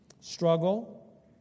struggle